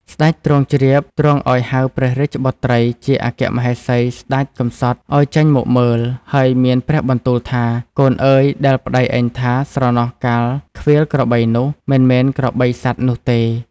ស្តេចទ្រង់ជ្រាបទ្រង់អោយហៅព្រះរាជបុត្រីជាមហេសីស្តេចកំសត់អោយចេញមកមើល ហើយមានព្រះបន្ទូលថា “កូនអើយដែលប្តីឯងថា ស្រណោះកាលឃ្វាលក្របីនោះ មិនមែនក្របីសត្វនោះទេ។